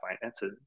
finances